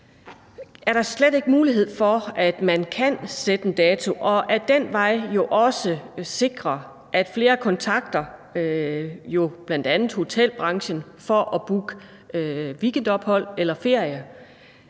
om der slet ikke er mulighed for, at man kan sætte en dato og ad den vej jo også sikre, at flere kontakter bl.a. hotelbranchen for at booke weekendophold eller ferie.